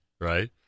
right